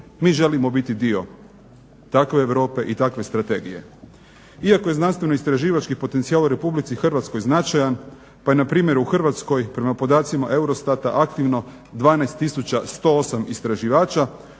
Mi želimo biti dio takve Europe i takve strategije. Iako je znanstveno-istraživački potencijal u Republici Hrvatskoj značaj pa je npr. u Hrvatskoj prema podacima EUROSTAT-a aktivno 12108 istraživača,